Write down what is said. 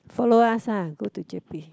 follow us ah go to J_B